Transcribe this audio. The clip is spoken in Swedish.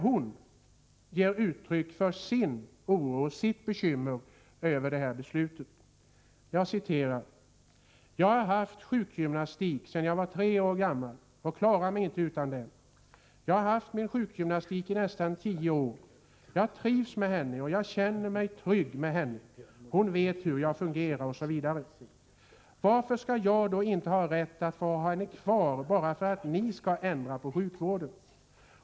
Hon ger uttryck för sin oro över detta beslut: ”Jag har haft sjukgymnastik sen jag var tre år gammal och klarar mig inte utan den. Jag har haft min sjukgymnast i nästan tio år. Jag trivs med henne och jag känner mig trygg med henne, hon vet hur jag fungerar osv. Varför ska jag då inte ha rätt att ha henne kvar bara för att ni skall ändra på sjukvården?